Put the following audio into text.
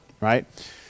right